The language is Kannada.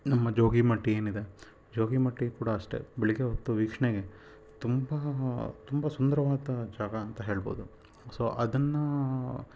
ನಮ್ಮ ಜೋಗಿಮಟ್ಟಿ ಏನಿದೆ ಜೋಗಿಮಟ್ಟಿ ಕೂಡ ಅಷ್ಟೇ ಬೆಳಗ್ಗೆ ಹೊತ್ತು ವೀಕ್ಷಣೆಗೆ ತುಂಬ ತುಂಬ ಸುಂದರವಾದ ಜಾಗ ಅಂತ ಹೇಳಬಹುದು ಸೊ ಅದನ್ನು